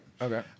Okay